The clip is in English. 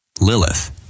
Lilith